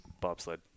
bobsled